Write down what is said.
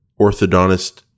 orthodontist